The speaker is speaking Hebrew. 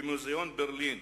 במוזיאון ברלין